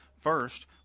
First